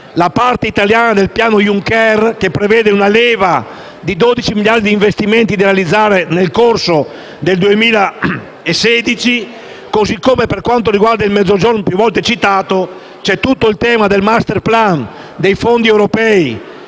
la parte italiana del piano Juncker, che prevede una leva di 12 miliardi di investimenti da realizzare nel corso del 2016. E, per quanto riguarda il Mezzogiorno più volte citato, c'è tutto il tema del*masterplan*, dei fondi europei